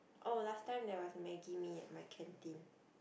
oh last time there was maggi mee at my canteen